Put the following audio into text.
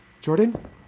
Jordan